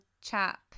chap